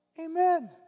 amen